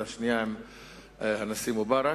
והשנייה עם הנשיא מובארק,